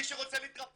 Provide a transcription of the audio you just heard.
מי שרוצה להתרפא,